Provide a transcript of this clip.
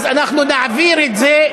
אז אנחנו נעביר את זה,